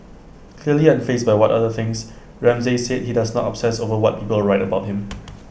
clearly unfazed by what others think Ramsay said he does not obsess over what people write about him